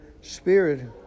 spirit